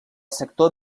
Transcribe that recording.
sector